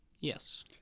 Yes